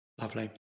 lovely